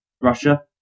Russia